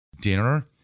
dinner